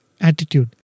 attitude